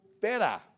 better